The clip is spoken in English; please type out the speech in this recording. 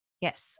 Yes